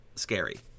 scary